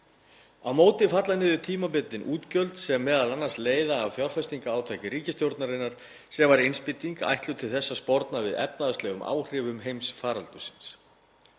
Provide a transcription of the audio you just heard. Á móti falla niður tímabundin útgjöld sem m.a. leiða af fjárfestingarátaki ríkisstjórnarinnar sem var innspýting ætluð til þess að sporna við efnahagslegum áhrifum heimsfaraldursins.